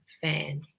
fan